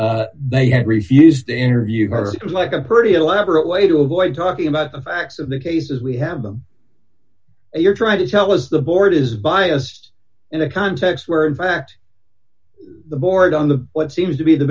they had refused to interview her it was like a pretty elaborate way to avoid talking about the facts of the case as we have them you're trying to tell us the board is biased in a context where in fact the board on the what seems to be the